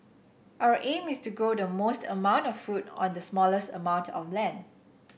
our aim is to grow the most amount of food on the smallest amount of land